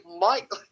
Mike